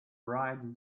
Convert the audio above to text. right